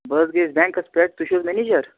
بہٕ حظ گٔیس بٮ۪نٛکس پٮ۪ٹھ تُہۍ چھُو حظ مٮ۪نیجر